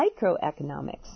microeconomics